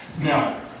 Now